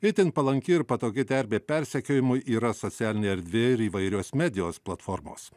itin palanki ir patogi terpė persekiojimui yra socialinė erdvė ir įvairios medijos platformos